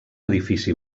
edifici